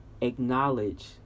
acknowledge